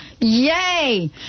yay